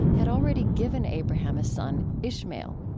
had already given abraham a son, ishmael.